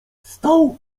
stał